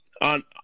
on